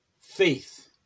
faith